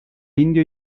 indio